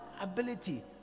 ability